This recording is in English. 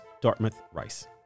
Dartmouth-Rice